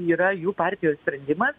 yra jų partijos sprendimas